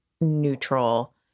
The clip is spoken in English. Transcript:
neutral